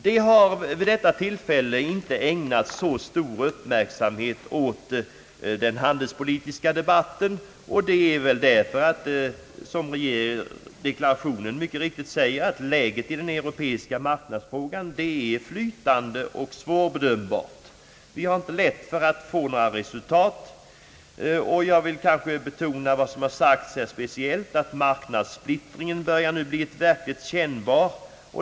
Det har vid detta tillfälle inte ägnats så stor uppmärksamhet åt den handelspolitiska debatten, kanske därför att, som regeringsdeklarationen mycket riktigt framhåller, läget i den europeiska marknadsfrågan är flytande och svårbedömbart. Vi har inte lätt för att få några resultat. Jag vill betona vad som här speciellt har sagts, nämligen att marknadssplittringen nu börjar bli verkligt kännbar.